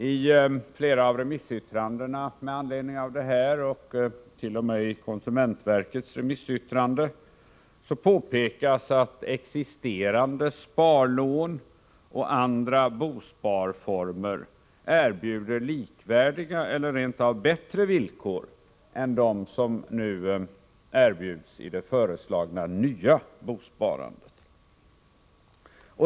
I flera av remissyttrandena och t.o.m. i konsumentverkets remissyttrande påpekas att existerande sparlån och andra bosparformer erbjuder likvärdiga eller rent av bättre villkor än dem som nu erbjuds i det föreslagna ”nya” bosparandet.